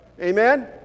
Amen